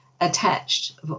attached